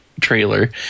trailer